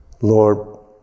Lord